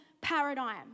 paradigm